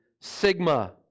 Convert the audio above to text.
Sigma